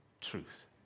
Truth